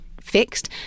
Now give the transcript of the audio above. fixed